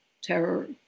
terror